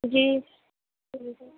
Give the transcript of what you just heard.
جی